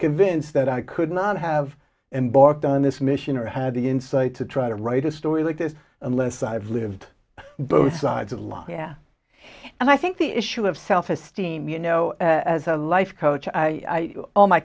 convinced that i could not have embarked on this mission or had the insight to try to write a story like this unless i've lived both sides of life here and i think the issue of self esteem you know as a life coach i